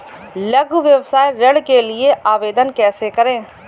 लघु व्यवसाय ऋण के लिए आवेदन कैसे करें?